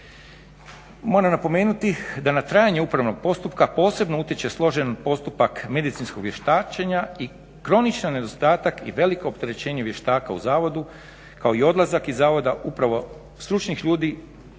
Moram napomenuti da na trajanje upravnog postupka posebno utječe složeni postupak medicinskog vještačenja i kronički nedostatak i veliko opterećenje vještaka u zavodu kao i odlazak iz zavoda upravo stručnih ljudi